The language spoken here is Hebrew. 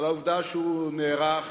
על העובדה שהוא נערך